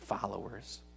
followers